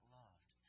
loved